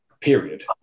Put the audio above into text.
Period